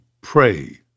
pray